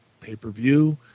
pay-per-view